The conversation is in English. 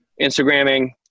Instagramming